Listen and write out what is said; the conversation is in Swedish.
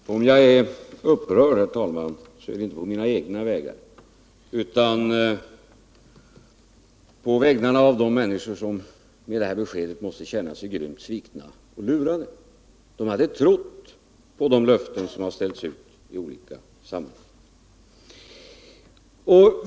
Herr talman! Om jag är upprörd, så är det inte på mina egna vägnar, utan på de människors vägnar som med detta besked måste känna sig grymt svikna och lurade. De har trott på de löften som givits i olika sammanhang.